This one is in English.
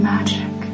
Magic